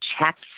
checks